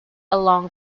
along